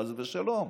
חס ושלום.